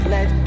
Let